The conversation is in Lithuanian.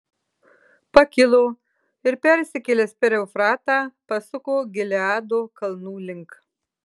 pakilo ir persikėlęs per eufratą pasuko gileado kalnų link